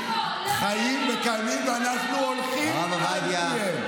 חיות וקיימות, ואנחנו הולכים על פיהן.